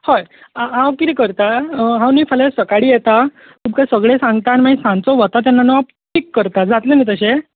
हय हांव कितें करता हांव न्ही फाल्यां सकाळी येता तुमकां सगळें सांगता आनी मागीर सांजचो वता तेन्ना न्हू हांव पीक करता जातलें न्हू तशें